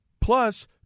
plus